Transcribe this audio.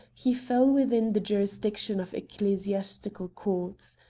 he fell within the jurisdiction of ecclesiastical courts.